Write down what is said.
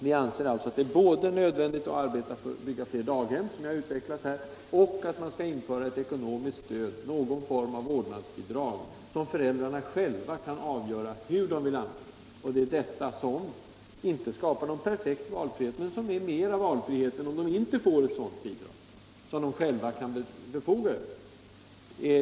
Vi anser alltså att det är nödvändigt både att bygga ut daghemmen, som jag har utvecklat, och att införa ett ekonomiskt stöd, någon form av vårdnadsbidrag som föräldrarna själva kan avgöra hur de vill använda. Det skapar inte någon perfekt valfrihet men mera valfrihet än om de inte får ett sådant bidrag, som de själva kan förfoga över.